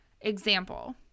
Example